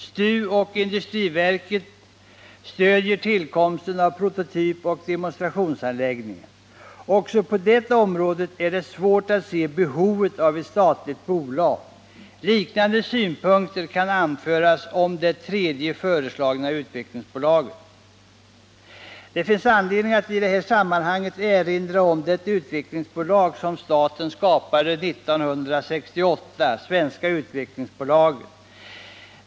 STU och industriverket stöder tillkomsten av prototypoch demonstrationsanläggningar. Också på det området är det svårt att se något behov av ett statlig bolag. Liknande synpunkter kan anföras på det föreslagna tredje utvecklingsbolaget. Det finns anledning att i det här sammanhanget erinra om det utvecklingsbolag som staten skapade 1968, Svenska Utvecklingsaktiebolaget.